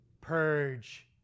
purge